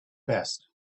best